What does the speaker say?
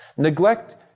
Neglect